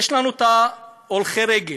יש לנו את הולכי הרגל.